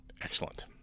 Excellent